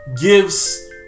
gives